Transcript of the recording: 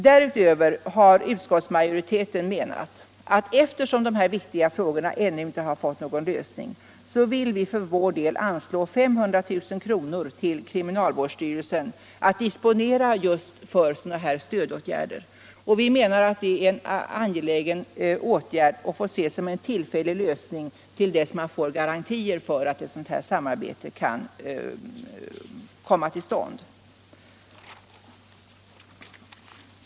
Därutöver vill utskottsmajoriteten, eftersom de här viktiga frågorna ännu inte fått någon lösning, anslå 500 000 kr. till kriminalvårdsstyrelsen att disponeras just för sådana här stödåtgärder. Vi anser att det är en angelägen åtgärd, som får ses som en tillfällig lösning till dess vi fått garantier för att det avsedda samarbetet kan komma till stånd.